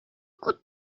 could